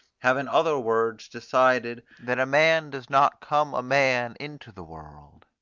have in other words decided that a man does not come a man into the world.